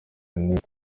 ernest